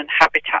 habitat